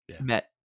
met